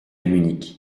munich